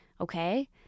Okay